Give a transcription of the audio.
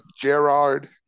Gerard